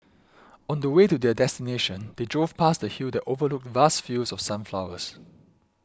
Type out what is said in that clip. on the way to their destination they drove past a hill that overlooked vast fields of sunflowers